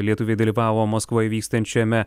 lietuviai dalyvavo maskvoj vykstančiame